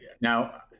now